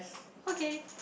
okay